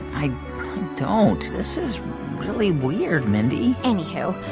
i don't. this is really weird, mindy anywho,